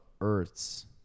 Earth's